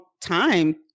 time